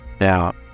Now